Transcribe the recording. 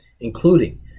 including